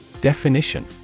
Definition